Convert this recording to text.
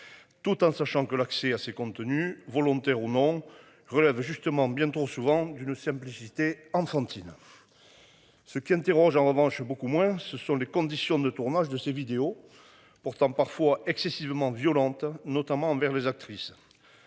Tout en sachant que l'accès à ces contenus volontaire au monde relève justement bien trop souvent d'une simplicité enfantine. Ce qui interroge en revanche beaucoup moins ce sont les conditions de tournage de ces vidéos. Pourtant parfois excessivement violentes notamment envers les actrices.